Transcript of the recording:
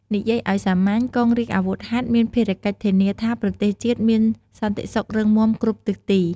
និយាយឲ្យសាមញ្ញ កងរាជអាវុធហត្ថមានភារកិច្ចធានាថាប្រទេសជាតិមានសន្តិសុខរឹងមាំគ្រប់ទិសទី។